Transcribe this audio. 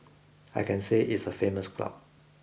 I can say it's a famous club